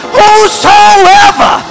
whosoever